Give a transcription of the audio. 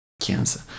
cancer